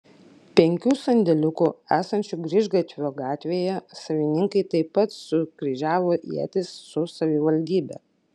penkių sandėliukų esančių grįžgatvio gatvėje savininkai taip pat sukryžiavo ietis su savivaldybe